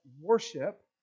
worship